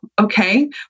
okay